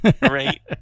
Right